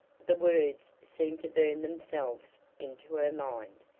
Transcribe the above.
the words seemed to burn themselves into her mind.